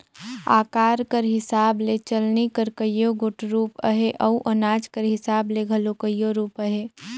अकार कर हिसाब ले चलनी कर कइयो गोट रूप अहे अउ अनाज कर हिसाब ले घलो कइयो रूप अहे